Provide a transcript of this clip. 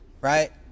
right